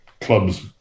clubs